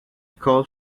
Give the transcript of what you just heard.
called